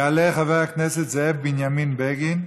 יעלה חבר הכנסת זאב בנימין בגין,